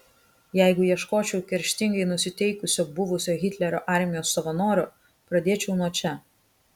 jeigu ieškočiau kerštingai nusiteikusio buvusio hitlerio armijos savanorio pradėčiau nuo čia